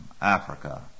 Africa